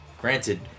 granted